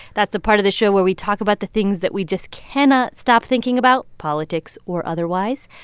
that's the part of the show where we talk about the things that we just cannot stop thinking about, politics or otherwise.